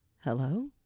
hello